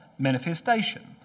Manifestation